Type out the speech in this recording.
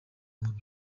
nkuru